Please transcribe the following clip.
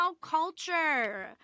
culture